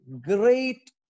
Great